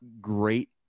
great